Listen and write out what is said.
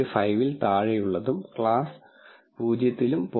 5 ൽ താഴെയുള്ളത് ക്ലാസ് 0 ലും 0